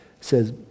says